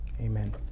amen